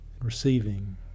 receiving